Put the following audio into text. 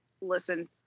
listen